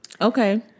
Okay